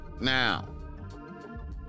Now